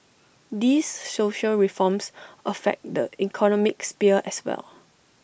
these social reforms affect the economic sphere as well